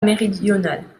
méridionale